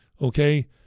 Okay